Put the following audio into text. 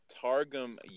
Targum